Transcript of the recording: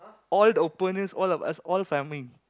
all opponents all of us all farming